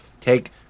take